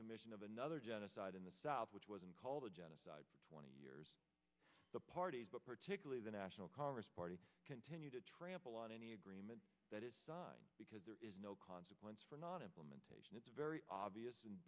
commission of another genocide in the south which wasn't called the genocide twenty years the parties but particularly the national congress party continue to trample on any agreement because there is no consequence for not implementation it's very obvious